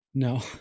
No